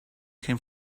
came